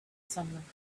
sunlight